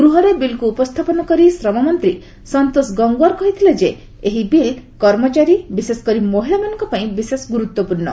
ଗୃହରେ ବିଲ୍କୁ ଉପସ୍ଥାପନ କରି ଶ୍ରମମନ୍ତ୍ରୀ ସନ୍ତୋଷ ଗଙ୍ଗୱାର୍ କହିଥିଲେ ଯେ ଏହି ବିଲ୍ କର୍ମଚାରୀ ବିଶେଷ କରି ମହିଳାମାନଙ୍କ ପାଇଁ ବିଶେଷ ଗୁରୁତ୍ୱପୂର୍ଣ୍ଣ